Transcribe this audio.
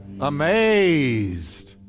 Amazed